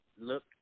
look